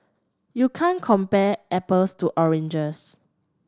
you can't compare apples to oranges